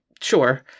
sure